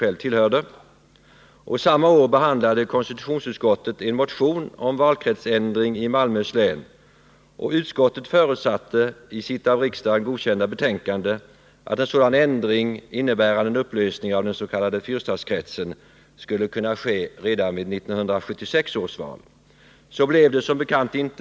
själv i denna utredning. Samma år behandlade konstitutionsutskottet en motion om valkretsändring i Malmöhus län. Utskottet förutsatte i sitt av riksdagen godkända betänkande att en sådan ändring, innebärande upplösning av den s.k. fyrstadskretsen, skulle kunna ske redan vid 1976 års val. Så blev det som bekant inte.